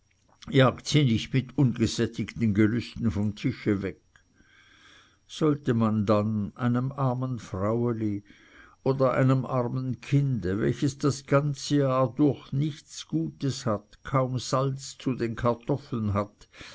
sie nicht mit ungesättigten gelüsten vom tische weg sollte man dann einem armen fraueli oder einem armen kinde welches das ganze jahr durch nichts gutes hat kaum salz zu den kartoffeln hat